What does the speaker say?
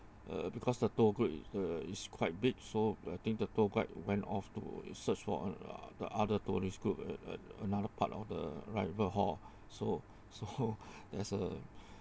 uh because the tour group ah is quite big so I think the tour guide went off to search for uh the other tourist group a~ a~ another part of the arrival hall so so there's a